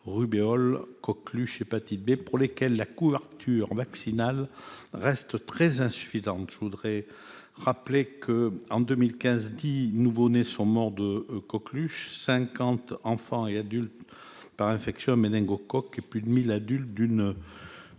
rubéole, coqueluche, hépatite B -pour lesquelles la couverture vaccinale reste très insuffisante. Je voudrais rappeler que 10 nouveau-nés sont morts de la coqueluche en 2015, 50 enfants et adultes d'une infection à méningocoque et plus de 1 000 adultes d'une hépatite.